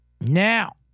Now